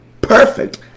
perfect